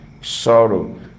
sorrow